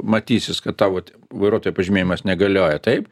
matysis kad tau vat vairuotojo pažymėjimas negalioja taip